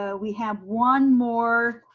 ah we have one more.